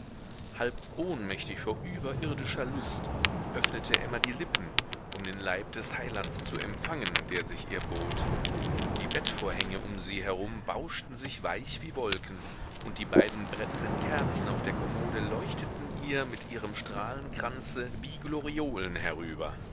halb ohnmächtig vor überirdischer lust öffnete emma die lippen um den leib des heilands zu empfangen der sich ihr bot die bettvorhänge um sie herum bauschten sich weich wie wolken und die beiden brennenden kerzen auf der kommode leuchteten ihr mit ihrem strahlenkranze wie gloriolen herüber